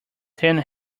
ten